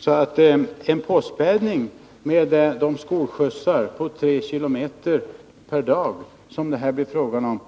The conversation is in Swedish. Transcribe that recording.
Så jag måste säga att en påspädning med de skolskjutsar för 3 km per dag som det här är fråga om